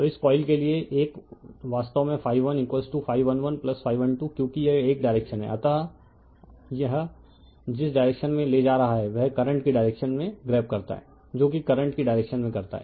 तो इस कॉइल के लिए 1वास्तव में 12 क्योंकि यह एक डायरेक्शन है अंततः यह जिस डायरेक्शन में ले जा रहा है वह करंट की डायरेक्शन में ग्रैब करता है जो कि करंट की डायरेक्शन में करता है